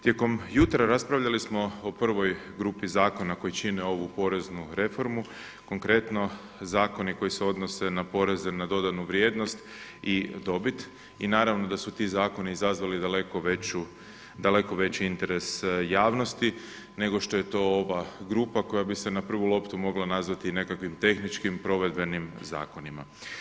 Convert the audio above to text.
Tijekom jutra raspravljali smo o prvoj grupi zakona koji čine ovu poreznu reformu, konkretno zakoni koji se odnose na poreze na dodanu vrijednost i dobit i naravno da su ti zakoni izazvali daleko veći interes javnosti nego što je to ova grupa koja bi se na prvu loptu mogla nazvati nekakvim tehničkim provedbenim zakonima.